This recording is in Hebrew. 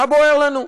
מה בוער לנו.